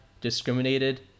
discriminated